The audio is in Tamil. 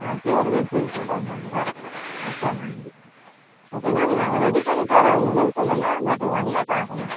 ப்யூர் வெஜ்ஜுன்னு சொல்லுறீங்க வேறு ஓகே மேம் ஓகே மேம் நாங்கள் ரெடி பண்ணித்தறோம் இல்லைனு சொல்லலை பட் ஒன் லேக் ஆகும் மேம்